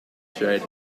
jade